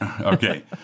Okay